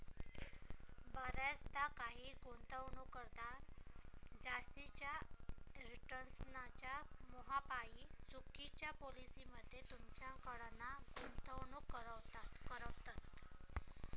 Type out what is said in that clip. बऱ्याचदा काही गुंतवणूकदार जास्तीच्या रिटर्न्सच्या मोहापायी चुकिच्या पॉलिसी मध्ये तुमच्याकडना गुंतवणूक करवतत